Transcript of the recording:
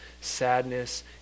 sadness